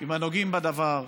עם הנוגעים בדבר,